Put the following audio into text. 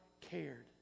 cared